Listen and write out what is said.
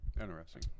Interesting